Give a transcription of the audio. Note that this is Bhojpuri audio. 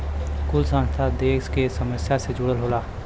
कुल संस्था देस के समस्या से जुड़ल होला